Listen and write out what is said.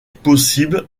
possible